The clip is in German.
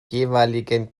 jeweiligen